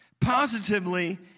Positively